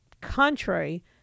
contrary